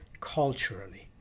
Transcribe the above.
culturally